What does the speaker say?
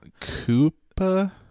Koopa